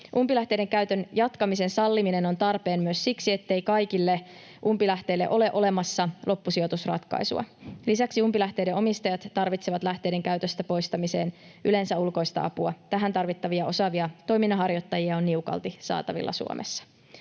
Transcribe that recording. Umpilähteiden käytön jatkamisen salliminen on tarpeen myös siksi, ettei kaikille umpilähteille ole olemassa loppusijoitusratkaisua. Lisäksi umpilähteiden omistajat tarvitsevat lähteiden käytöstä poistamiseen yleensä ulkoista apua. Tähän tarvittavia osaavia toiminnanharjoittajia on niukalti saatavilla Suomessa.